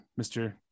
mr